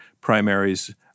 primaries –